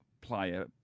player